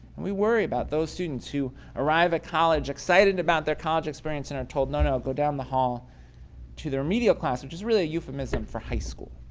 we worry about those students who arrive at college excited about their college experience and are told, no, no, go down the hall to the remedial class. which is really a euphemism for high school.